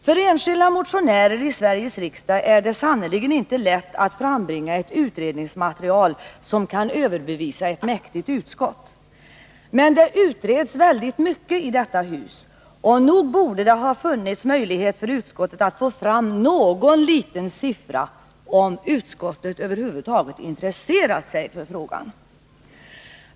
För enskilda motionärer i Sveriges riksdag är det sannerligen inte lätt att frambringa ett utredningsmaterial som kan överbevisa ett mäktigt utskott. Men det utreds väldigt mycket i detta hus, och nog borde det ha funnits möjlighet för utskottet att få fram någon liten siffra, om utskottet över huvud taget hade intresserat sig för frågan.